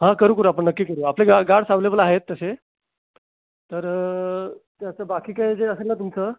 हा करू करू आपण नक्की करू आपले गा गार्डस अवेलेबल आहेत तसे तर त्याचं बाकी काही जे असेल ना तुमचं